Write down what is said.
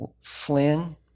Flynn